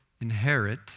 inherit